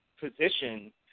position